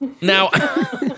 Now